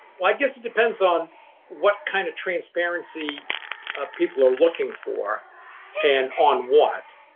well, i guess it depends on what kind of transparency ah people are looking for and on what.